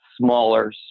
smaller